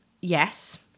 Yes